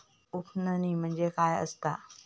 उफणणी म्हणजे काय असतां?